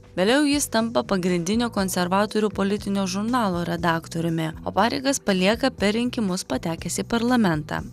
vėliau jis tampa pagrindinio konservatorių politinio žurnalo redaktoriumi o pareigas palieka per rinkimus patekęs į parlamentą